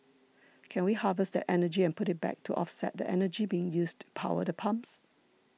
can we harvest that energy and put it back to offset the energy being used power the pumps